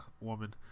woman